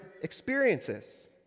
experiences